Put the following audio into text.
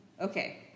Okay